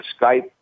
Skype